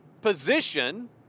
position